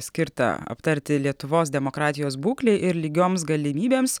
skirtą aptarti lietuvos demokratijos būklei ir lygioms galimybėms